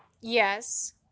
Yes